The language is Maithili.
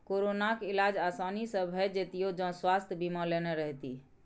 कोरोनाक इलाज आसानी सँ भए जेतियौ जँ स्वास्थय बीमा लेने रहतीह